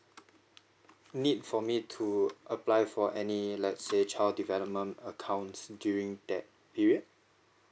need for me to apply for any let's say child development accounts during that period